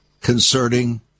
concerning